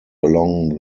along